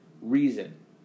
reason